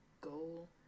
goal